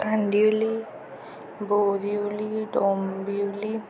Kandivali Borivali Dombivli